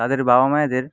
তাদের বাবা মায়েদের